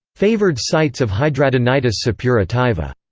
favoured sites of hidradenitis suppurativa.